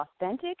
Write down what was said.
authentic